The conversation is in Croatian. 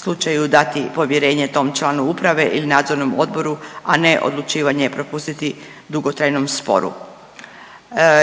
slučaju dati povjerenje tom članu uprave ili nadzornom odboru, a ne odlučivanje prepustiti dugotrajnom sporu.